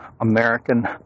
American